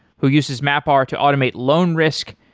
who uses mapr to automate loan risk,